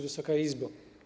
Wysoka Izbo!